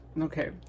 Okay